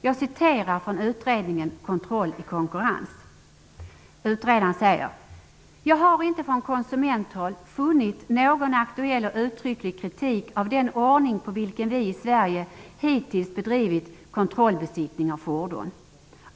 Jag citerar från utredningen Kontroll i konkurrens. Utredaren säger: ''Jag har inte från konsumenthåll funnit någon aktuell och uttrycklig kritik av den ordning på vilken vi i Sverige hittills har bedrivit kontrollbesiktning av fordon.